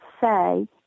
say